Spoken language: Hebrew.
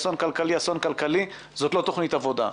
אסון כלכלי זו לא תוכנית עבודה.